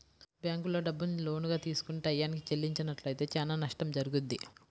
బ్యేంకుల్లో డబ్బుని లోనుగా తీసుకొని టైయ్యానికి చెల్లించనట్లయితే చానా నష్టం జరుగుద్ది